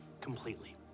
completely